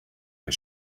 and